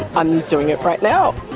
i'm doing it right now.